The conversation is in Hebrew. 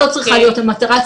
זאת צריכה להיות המטרה,